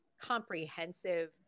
comprehensive